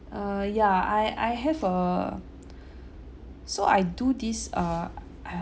uh yeah I I have err so I do this uh